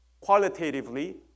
qualitatively